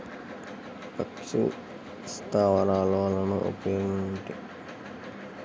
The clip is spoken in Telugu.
పక్షి స్థావరాలు వలన ఉపయోగం ఏమిటి?